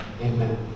Amen